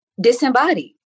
disembodied